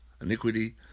iniquity